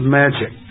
magic